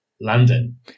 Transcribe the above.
London